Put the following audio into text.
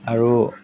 আৰু